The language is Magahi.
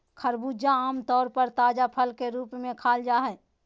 खरबूजा आम तौर पर ताजा फल के रूप में खाल जा हइ